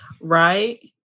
Right